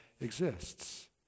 exists